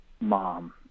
mom